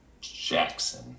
Jackson